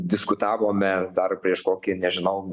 diskutavome dar prieš kokį nežinau